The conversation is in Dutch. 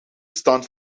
stand